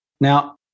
Now